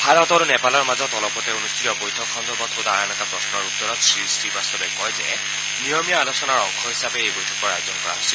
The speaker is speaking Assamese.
ভাৰত আৰু নেপালৰ মাজত অলপতে অনুষ্ঠিত বৈঠক সন্দৰ্ভত সোধা আন এটা প্ৰশ্নৰ উত্তৰত শ্ৰীশ্ৰীবাস্তৱে কয় যে নিয়মীয়া আলোচনাৰ অংশ হিচাপে এই বৈঠকৰ আয়োজন কৰা হৈছিল